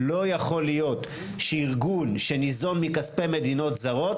לא יכול להיות שארגון שניזון מכספי מדינות זרות